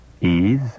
ease